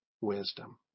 wisdom